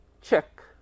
check